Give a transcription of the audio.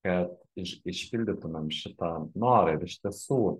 kad iš išpildytumėm šitą norą ir iš tiesų